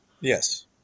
Yes